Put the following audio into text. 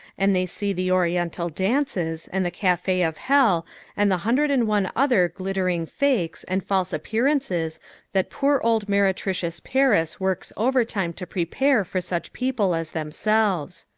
and they see the oriental dances and the cafe of hell and the hundred and one other glittering fakes and false appearances that poor old meretricious paris works overtime to prepare for such people as themselves.